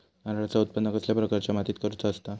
नारळाचा उत्त्पन कसल्या प्रकारच्या मातीत करूचा असता?